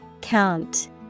Count